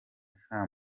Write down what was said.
nta